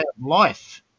life